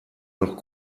noch